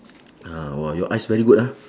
ah !wah! your eyes very good ah